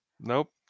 nope